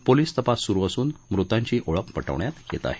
police तपास सुरु असून मृतांची ओळख पटवण्यात येत आहे